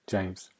James